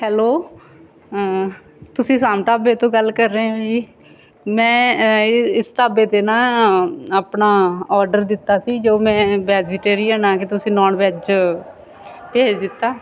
hello ਤੁਸੀਂ ਸ਼ਾਮ ਢਾਬੇ ਤੋਂ ਗੱਲ ਕਰ ਰਹੇ ਹੋ ਜੀ ਮੈਂ ਇ ਇਸ ਢਾਬੇ 'ਤੇ ਨਾ ਆਪਣਾ ਔਡਰ ਦਿੱਤਾ ਸੀ ਜੋ ਮੈਂ ਵੈਜੀਟੇਰੀਅਨ ਆ ਕਿ ਤੁਸੀਂ ਨਾਨ ਵੈੱਜ ਭੇਜ ਦਿੱਤਾ